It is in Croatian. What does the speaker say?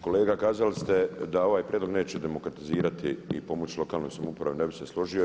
Kolega kazali ste da ovaj prijedlog neće demokratizirati i pomoći lokalnoj samoupravi, ne bih se složio.